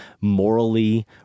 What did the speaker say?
morally